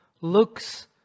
looks